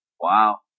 Wow